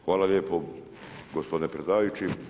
Hvala lijepo gospodine predsjedavajući.